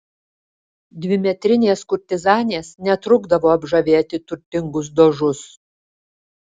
dvimetrinės kurtizanės netrukdavo apžavėti turtingus dožus